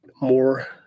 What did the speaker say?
more